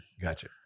Gotcha